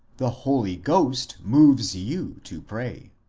the holy ghost moves you to pray.